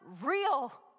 real